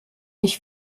ich